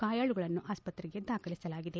ಗಾಯಾಳುಗಳನ್ನು ಆಸ್ಪತ್ರೆಗೆ ದಾಖಲಿಸಲಾಗಿದೆ